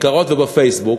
בכיכרות ובפייסבוק,